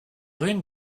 ruines